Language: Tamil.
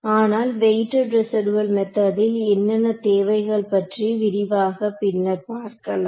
ஆனால் வெயிட்டெட் ரெசிடூயல் மெத்தெட்டில் என்னென்ன தேவைகள் பற்றி விரிவாக பின்னர் பார்க்கலாம்